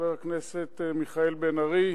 חבר הכנסת מיכאל בן-ארי,